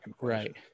right